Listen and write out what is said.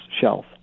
shelf